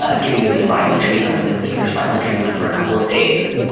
ah giving you the silent treatment or the near silent treatment for a couple of days.